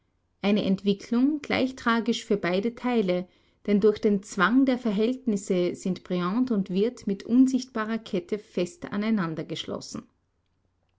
eine entwicklung gleich tragisch für beide teile denn durch den zwang der verhältnisse sind briand und wirth mit unsichtbarer kette fest aneinander geschlossen